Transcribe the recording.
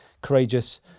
courageous